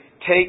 take